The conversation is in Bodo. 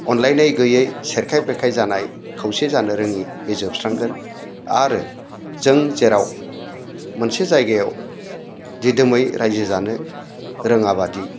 अनलायनाय गैयै सेरखाय बेरखाय जानाय खौसे जानो रोङि बे जोबस्रांगोन आरो जों जेराव मोनसे जायगायाव दिदोमै रायजो जानो रोङाबादि